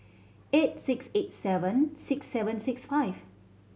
eight six eight seven six seven six five